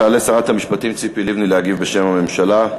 תעלה שרת המשפטים ציפי לבני להגיב בשם הממשלה.